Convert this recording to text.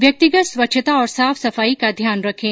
व्यक्तिगत स्वच्छता और साफ सफाई का ध्यान रखें